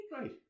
Right